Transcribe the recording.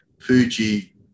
Fuji